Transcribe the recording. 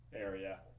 area